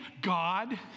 God